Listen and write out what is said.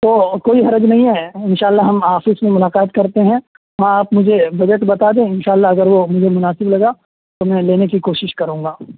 تو کوئی حرج نہیں ہے ان شاء اللہ ہم آفس میں ملاقات کرتے ہیں ہاں آپ مجھے بجٹ بتا دیں ان شاء اللہ اگر وہ مجھے مناسب لگا تو میں لینے کی کوشش کروں گا